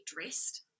dressed